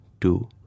two